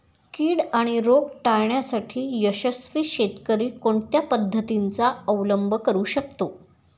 कीड आणि रोग टाळण्यासाठी यशस्वी शेतकरी कोणत्या पद्धतींचा अवलंब करू शकतो?